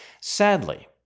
Sadly